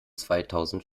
zweitausend